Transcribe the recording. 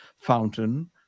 Fountain